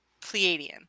Pleiadian